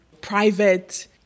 private